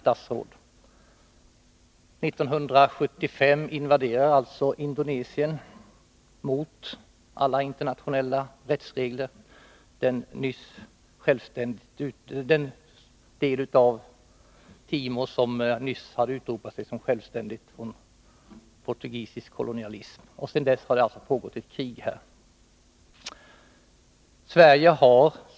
1975 invaderade alltså Indonesien, mot alla internationella rättsregler, den del av Timor som nyss hade utropat sig som självständig från portugisisk kolonialism. Sedan dess har det alltså pågått ett krig där.